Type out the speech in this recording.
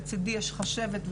לצדי יש חשבת,